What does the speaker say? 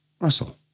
Russell